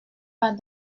pas